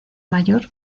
mayor